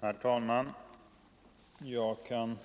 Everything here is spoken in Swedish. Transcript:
Herr talman! Jag kan